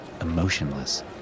emotionless